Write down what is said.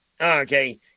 Okay